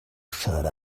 shut